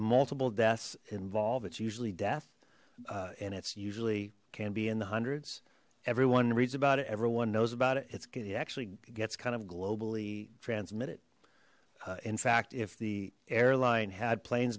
multiple deaths involve it's usually death and it's usually can be in the hundreds everyone reads about it everyone knows about it it's good he actually gets kind of globally transmitted in fact if the airline had planes